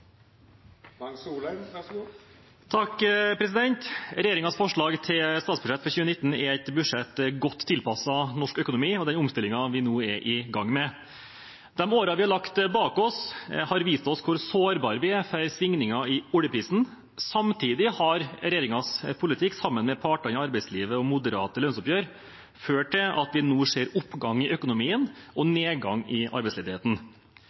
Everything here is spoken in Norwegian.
et budsjett godt tilpasset norsk økonomi og den omstillingen vi nå er i gang med. De årene vi har lagt bak oss, har vist oss hvor sårbare vi er for svingninger i oljeprisen. Samtidig har regjeringens politikk sammen med partene i arbeidslivet og moderate lønnsoppgjør ført til at vi nå ser oppgang i økonomien og nedgang i arbeidsledigheten.